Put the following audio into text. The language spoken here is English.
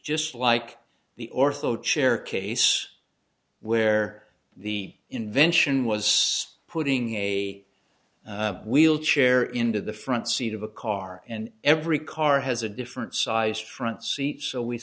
just like the ortho chair case where the invention was putting a wheelchair into the front seat of a car and every car has a different size front seat so we